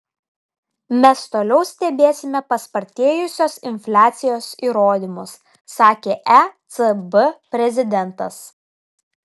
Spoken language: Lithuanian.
mes toliau stebėsime paspartėjusios infliacijos įrodymus sakė ecb prezidentas